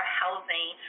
housing